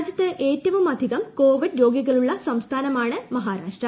രാജ്യത്ത് ഏറ്റവുമധികം കോവിഡ് രോഗികളുള്ള സംസ്ഥാനമാണ് മഹാരാഷ്ട്ര